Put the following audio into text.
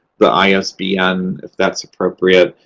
the isbn if that's appropriate.